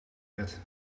bed